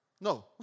No